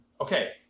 okay